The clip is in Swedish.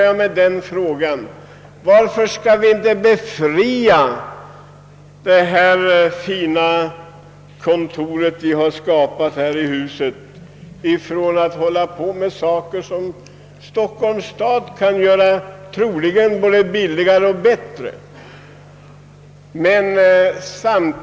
Jag ställer frågan: Varför skall vi inte befria det fina kontoret vi har skapat här i huset från att syssla med saker som Stockholms stad troligen kan göra både billigare och bättre?